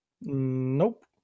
Nope